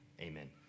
Amen